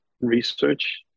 research